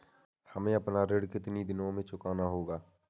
हमें अपना ऋण कितनी दिनों में चुकाना होगा?